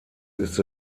ist